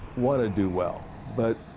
wanna do well but,